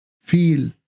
feel